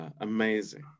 amazing